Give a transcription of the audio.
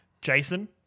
Jason